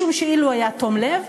משום שאילו היה תום לב,